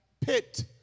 pit